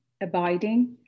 abiding